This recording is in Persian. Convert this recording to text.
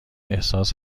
احساس